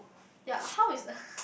ya how is